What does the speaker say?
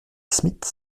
smith